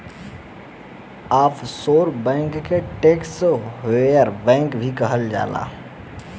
offshore bank के tax havens bank भी कहल जाला